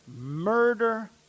murder